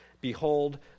Behold